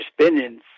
spending